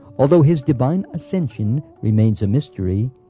although his divine ascension remains a mystery,